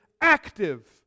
active